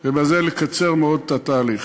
ממתינים ובזה לקצר מאוד את התהליך.